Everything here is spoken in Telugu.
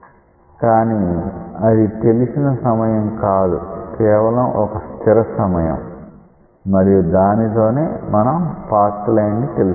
కానీ అది తెలిసిన సమయం కాదు కేవలం ఒక స్థిర సమయం మరియు దానితోనే మనం పాత్ లైన్ ని తెలుసుకుంటాం